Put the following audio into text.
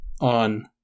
on